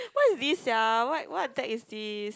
what is this sia what what deck is this